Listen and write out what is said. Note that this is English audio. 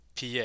PA